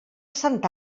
santa